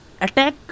attack